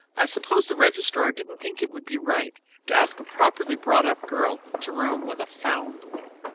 i suppose the registrar didn't think it would be right to ask a properly brought-up girl to room with a foundling.